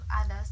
others